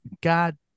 God